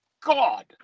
God